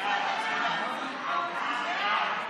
ההצעה להעביר את הצעת חוק המסייעים לנטרול תוצאות אסון צ'רנוביל (תיקון,